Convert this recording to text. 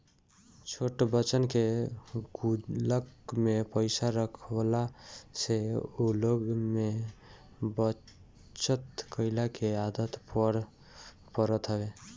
छोट बच्चन के गुल्लक में पईसा रखवला से उ लोग में बचत कइला के आदत पड़त हवे